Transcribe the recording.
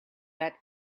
that